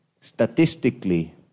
statistically